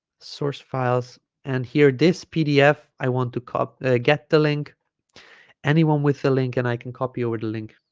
source files and here this pdf i want to cop get the link anyone with the link and i can copy over the link